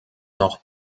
noch